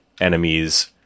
enemies